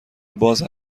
باز